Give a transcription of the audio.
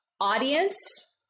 audience